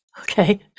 okay